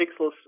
pixels